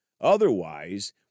Otherwise